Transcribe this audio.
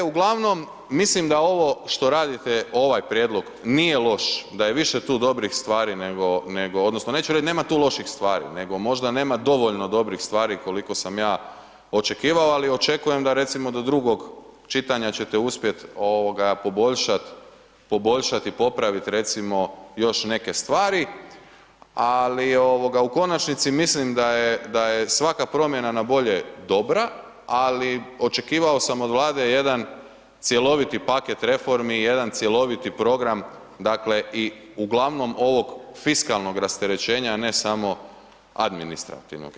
Uglavnom, mislim da ovo što radite, ovaj prijedlog nije loš, da je više tu dobrih stvari nego odnosno neću reći nema tu loših stvari nego možda nema dovoljno dobrih stvari koliko sam ja očekivao, ali očekujem da recimo do drugog čitanja ćete uspjet poboljšat i popravit, recimo, još neke stvari, ali u konačnici mislim da je svaka promjena na bolje dobra, ali očekivao sam od Vlade jedan cjeloviti paket reformi, jedan cjeloviti program, dakle, i uglavnom ovog fiskalnog rasterećenja, a ne samo administrativnog.